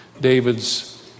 David's